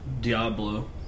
Diablo